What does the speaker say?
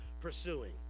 pursuing